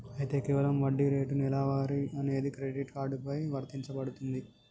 అయితే కేవలం వడ్డీ రేటు నెలవారీ అనేది క్రెడిట్ కార్డు పై వర్తించబడుతుంది